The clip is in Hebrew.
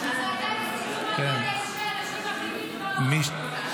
הוועדה לקידום מעמד האישה, נשים הכי נפגעות.